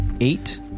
Eight